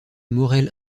maurel